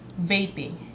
vaping